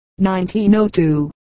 1902